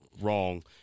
wrong